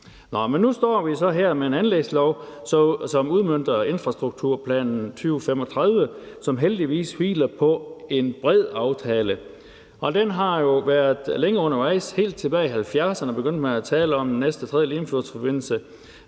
nu står vi så her med en anlægslov, som udmønter infrastrukturplanen for 2035, som heldigvis hviler på en bred aftale, og den har jo været længe undervejs. Helt tilbage i 1970'erne begyndte man at tale om en tredje Limfjordsforbindelse,